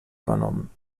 übernommen